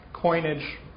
Coinage